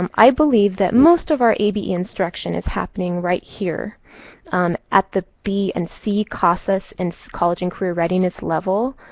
um i believe that most of ab instruction is happening right here um at the b and c casas in college and career readiness level.